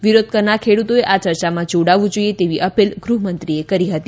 વિરોધ કરનાર ખેડૂતોએ આ ચર્ચામાં જોડાવું જોઈએ તેવી અપીલ ગૃહમંત્રીએ કરી હતી